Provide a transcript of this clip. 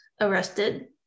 arrested